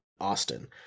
Austin